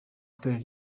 itorero